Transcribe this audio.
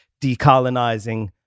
decolonizing